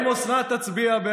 ש"ס זה מקשה אחת.